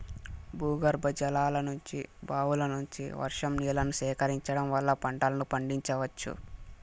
భూగర్భజలాల నుంచి, బావుల నుంచి, వర్షం నీళ్ళను సేకరించడం వల్ల పంటలను పండించవచ్చు